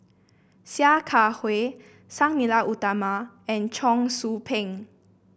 Sia Kah Hui Sang Nila Utama and Cheong Soo Pieng